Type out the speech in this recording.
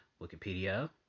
Wikipedia